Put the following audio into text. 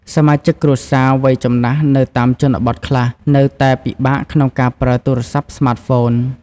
សមាជិកគ្រួសារវ័យចំណាស់នៅតាមជនបទខ្លះ នៅតែពិបាកក្នុងការប្រើទូរស័ព្ទស្មាតហ្វូន។